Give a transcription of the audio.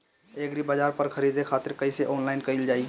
एग्रीबाजार पर खरीदे खातिर कइसे ऑनलाइन कइल जाए?